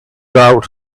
doubt